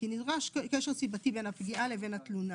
כי נדרש קשר סיבתי בין הפגיעה לבין התלונה